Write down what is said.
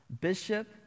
Bishop